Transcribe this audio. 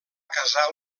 casar